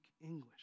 English